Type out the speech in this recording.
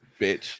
bitch